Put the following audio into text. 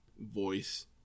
voice